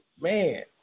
man